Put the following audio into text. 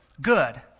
good